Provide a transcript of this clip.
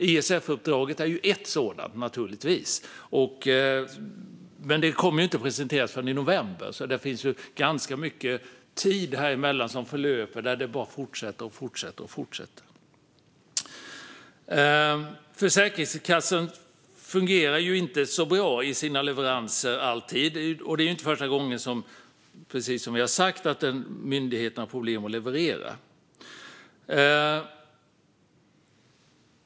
ISF-uppdraget är en sådan, naturligtvis, men det kommer inte att presenteras förrän i november. Det finns ganska mycket tid däremellan som förlöper och där det bara fortsätter och fortsätter. Försäkringskassan fungerar inte alltid så bra i sina leveranser. Det är, precis som vi har sagt, inte första gången en myndighet har problem med att leverera.